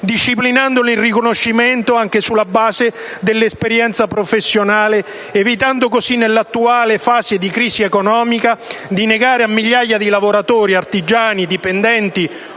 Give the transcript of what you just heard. disciplinandone il riconoscimento anche sulla base dell'esperienza professionale, evitando così, nell'attuale fase di crisi economica, di negare a migliaia di lavoratori - artigiani, dipendenti o